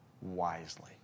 wisely